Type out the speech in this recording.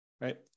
Right